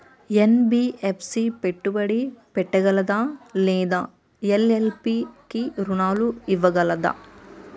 NBFC పెట్టుబడి పెట్టగలదా లేదా ఎల్.ఎల్.పి కి రుణాలు ఇవ్వగలదా?